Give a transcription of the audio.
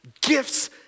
gifts